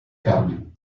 carmen